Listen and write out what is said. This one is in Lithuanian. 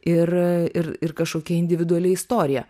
ir ir ir kažkokia individuali istorija